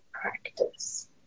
practice